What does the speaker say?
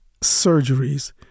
surgeries